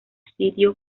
sirio